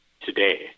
today